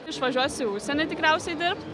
išvažiuosiu į užsienį tikriausiai dirbt